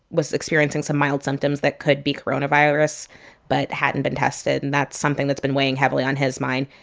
was experiencing some mild symptoms that could be coronavirus but hadn't been tested, and that's something that's been weighing heavily on his mind,